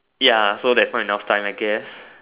ya so there's not enough time I guess